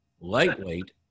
lightweight